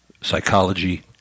psychology